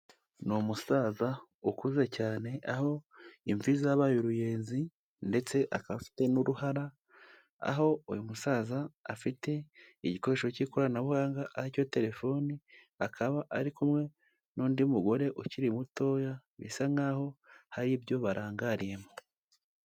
Ni umusaza ukuze cyane aho imvi zabaye uruyenzi ndetse akaba afite n'uruhara, aho uyu musaza afite igikoresho cy'ikoranabuhanga ari cyo telefoni, akaba ari kumwe n'undi mugore ukiri mutoya bisa nkaho hari ibyo barangariyemo.